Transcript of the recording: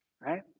right